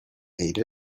ate